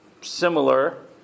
similar